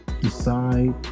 Decide